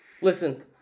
listen